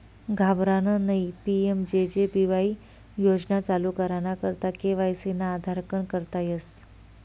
घाबरानं नयी PMJJBY योजना चालू कराना करता के.वाय.सी ना आधारकन करता येस